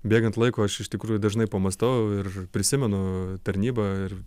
bėgant laikui aš iš tikrųjų dažnai pamąstau ir prisimenu tarnybą ir